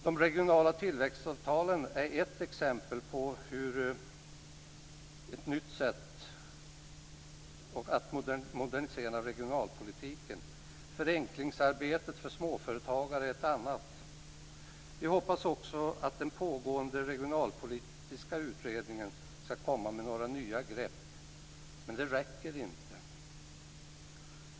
De regionala tillväxtavtalen är ett exempel ett nytt sätt att modernisera regionalpolitiken. Förenklingsarbetet för småföretagare ett annat. Vi hoppas också att den pågående regionalpolitiska utredningen ska komma med några nya grepp. Men det räcker inte.